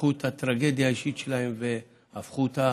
שלקחו את הטרגדיה האישית שלהם והפכו אותה